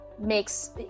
makes